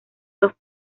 dos